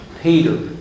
Peter